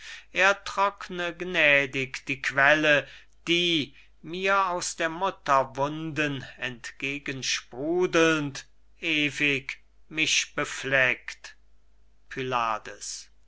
er trockne gnädig die quelle die mir aus der mutter wunden entgegen sprudelnd ewig mich befleckt pylades